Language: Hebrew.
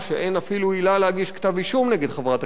להגיש כתב אישום נגד חברת הכנסת זועבי.